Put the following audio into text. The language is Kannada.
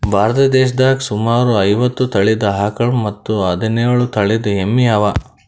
ಭಾರತ್ ದೇಶದಾಗ್ ಸುಮಾರ್ ಐವತ್ತ್ ತಳೀದ ಆಕಳ್ ಮತ್ತ್ ಹದಿನೇಳು ತಳಿದ್ ಎಮ್ಮಿ ಅವಾ